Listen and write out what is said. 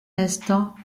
instant